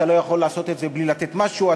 אתה לא יכול לעשות את זה בלי לתת משהו,